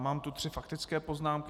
Mám tu tři faktické poznámky.